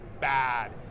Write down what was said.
bad